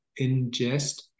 ingest